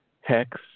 Hex